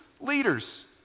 leaders